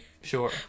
Sure